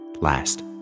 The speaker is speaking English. last